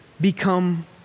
become